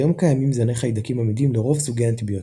כיום קיימים זני חיידקים עמידים לרוב סוגי האנטיביוטיקה.